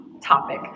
topic